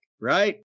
right